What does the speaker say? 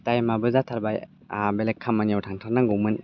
टाइमआबो जाथारबाय आंहा बेलेग खामानियाव थांथारनांगौमोन